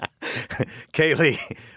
Kaylee